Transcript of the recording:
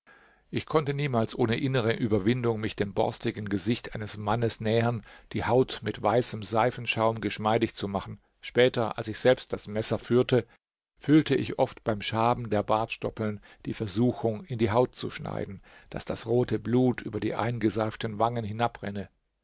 ich konnte niemals ohne innere überwindung mich dem borstigen gesicht eines mannes nähern die haut mit weißem seifenschaum geschmeidig zu machen später als ich selbst das messer führte fühlte ich oft beim schaben der bartstoppeln die versuchung in die haut zu schneiden daß das rote blut über die eingeseiften wangen